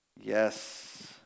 Yes